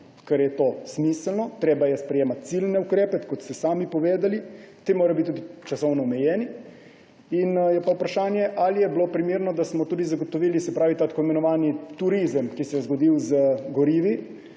ker je to smiselno, treba je sprejemati ciljne ukrepe, kot ste sami povedali, ti morajo biti tudi časovno omejeni, je pa vprašanje, ali je bilo primerno, da smo zagotovili tudi tako imenovani turizem, ki se je zgodil z gorivi,